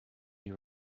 you